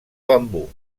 bambú